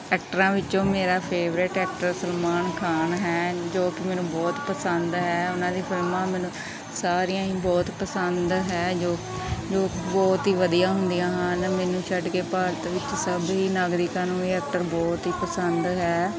ਐਕਟਰਾਂ ਵਿੱਚੋਂ ਮੇਰਾ favourite actor Salman Khan ਹੈ ਜੋ ਕਿ ਮੈਨੂੰ ਬਹੁਤ ਪਸੰਦ ਹੈ ਉਹਨਾਂ ਦੀ ਫਿਲਮਾਂ ਮੈਨੂੰ ਸਾਰੀਆਂ ਹੀ ਬਹੁਤ ਪਸੰਦ ਹੈ ਜੋ ਜੋ ਬਹੁਤ ਹੀ ਵਧੀਆ ਹੁੰਦੀਆਂ ਹਨ ਮੈਨੂੰ ਛੱਡ ਕੇ ਭਾਰਤ ਵਿੱਚ ਸਭ ਹੀ ਨਾਗਰਿਕਾਂ ਨੂੰ ਇਹ ਐਕਟਰ ਬਹੁਤ ਹੀ ਪਸੰਦ ਹੈ